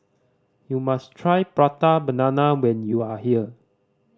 you must try Prata Banana when you are here